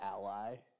ally